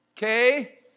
Okay